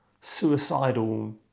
suicidal